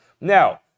Now